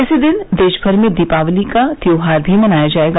इसी दिन देशभर में दिपावली का त्यौहार भी मनाया जायेगा